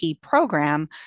program